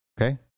Okay